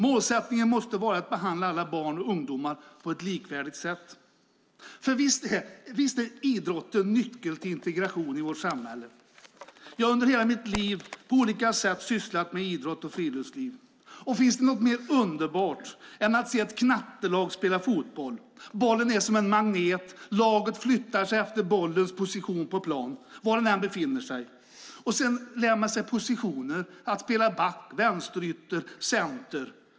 Målsättningen måste vara att behandla alla barn och ungdomar på ett likvärdigt sätt. För visst är idrotten nyckel till integration i vårt samhälle. Jag har under hela mitt liv på olika sätt sysslat med idrott och friluftsliv. Finns det något mer underbart än att se ett knattelag spela fotboll? Bollen är som en magnet, och laget flyttar sig efter bollens position på plan var den än befinner sig. Man lär sig positioner, att spela back, vänsterytter och center.